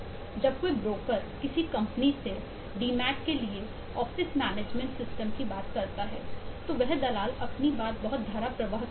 जब कोई ब्रोकर किसी कंपनी से डीमैट की बात करते हैं तो वह दलाल अपनी बात बहुत धाराप्रवाह कहते हैं